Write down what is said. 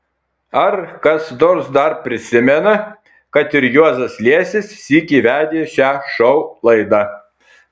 ar kas nors dar prisimena kad ir juozas liesis sykį vedė šią šou laidą